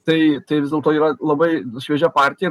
tai tai vis dėlto yra labai šviežia partija